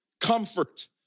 comfort